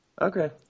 okay